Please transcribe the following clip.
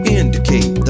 indicate